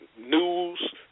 news